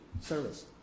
service